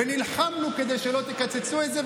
ונלחמנו כדי שלא תקצצו את זה,